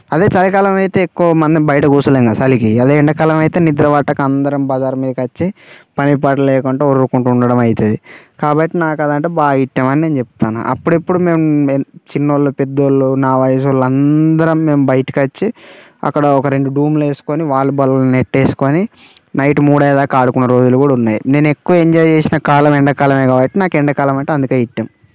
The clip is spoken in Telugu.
అదే చలికాలంలో అయితే ఎక్కువమంది బయట కూర్చోలేము కదా చలికి అదే ఎండాకాలం అయితే నిద్ర పట్టక అందరం బజారు మీద వచ్చి పని పాట లేకుండా ఒర్లుకుంటు ఉండడం అవుతుంది కాబట్టి నాకు అది అంటే బాగా ఇష్టం అని నేను చెప్తాను అప్పుడప్పుడు మేము చిన్న వాళ్ళు పెద్ద వాళ్ళు నా వయసు వాళ్ళు అందరం మేము బయటకు వచ్చి అక్కడ రెండు డూమ్లు వేసుకొని వాలీబాల్ నెట్ వేసుకొని నైట్ మూడు అయ్యేదాకా ఆడుకున్న రోజులు కూడా ఉన్నాయి నేను ఎక్కువ ఎంజాయ్ చేసిన కాలం ఎండాకాలం కాబట్టి అందుకని నాకు ఎండాకాలం అంటే అందుకే ఇష్టం